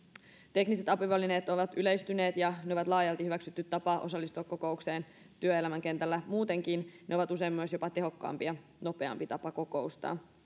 tekniset apuvälineet ovat yleistyneet ja ne ovat laajalti hyväksytty tapa osallistua kokoukseen työelämän kentällä muutenkin ne myös ovat usein jopa tehokkaampi ja nopeampi tapa kokoustaa